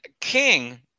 King